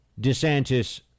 DeSantis